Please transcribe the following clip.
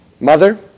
Mother